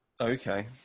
Okay